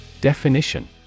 Definition